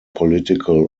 political